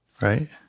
right